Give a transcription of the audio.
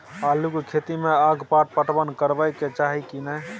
आलू के खेती में अगपाट पटवन करबैक चाही की नय?